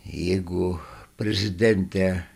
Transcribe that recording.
jeigu prezidentė